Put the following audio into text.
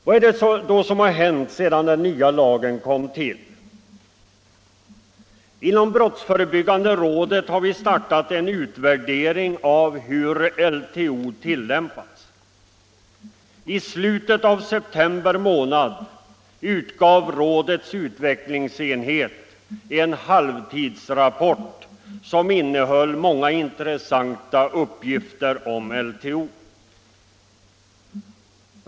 Vad har då hänt sedan den nya lagen kom till? Inom brottsförebyggande rådet har vi startat en utvärdering av hur LTO tillämpats. I slutet av september månad utgav rådets utvecklingsenhet en halvtidsrapport, som innehöll många intressanta uppgifter om LTO.